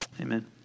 Amen